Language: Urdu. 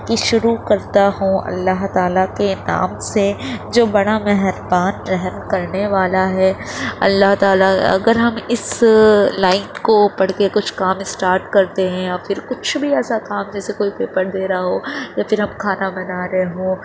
کہ شروع کرتا ہوں اللہ تعالیٰ کے نام سے جو بڑا مہربان رحم کرنے والا ہے اللہ تعالیٰ اگر ہم اس لائن کو پڑھ کے کچھ کام اسٹارٹ کرتے ہیں یا پھر کچھ بھی ایسا کام جیسے کوئی پیپر دے رہا ہو یا پھر ہم کھانا بنا رہے ہوں